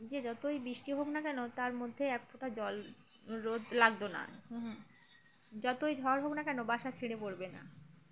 যে যতই বৃষ্টি হোক না কেন তার মধ্যে এক ফোঁটা জল রোদ লাগতো না হুম যতই ঝড় হোক না কেন বাসা ছিঁড়ে পড়বে না